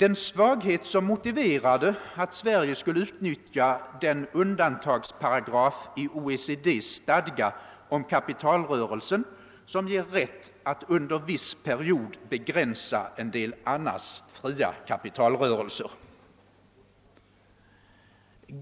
en svaghet som motiverade att Sverige skulle utnyttja den undantagsparagraf i OECD:s stadgar om kapitalrörelser som ger rätt att under viss period begränsa en del annars fria kapitalrörelser?